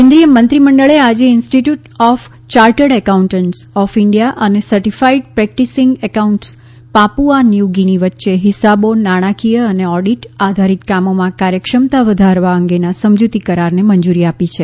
કેન્દ્રીય મંત્રીમંડળે આજે ઇન્સ્ટીટ્યૂટ ઓફ યાર્ટડ એકાઉન્ટન્ટસ ઓફ ઇન્ડીયા અને certified practising accounts Papua New Guinea વચ્ચે હિસાબો નાણાકીય અને ઓડીટ આધારિત કામોમાં કાર્યક્ષમતા વધારવા અંગેના સમજૂતી કરારને મંજૂરી આપી છે